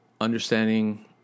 understanding